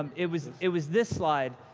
um it was it was this slide,